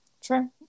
Sure